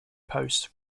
posts